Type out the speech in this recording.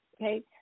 Okay